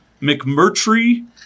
McMurtry